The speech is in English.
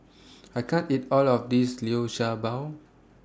I can't eat All of This Liu Sha Bao